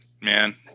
man